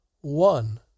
One